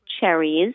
cherries